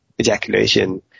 ejaculation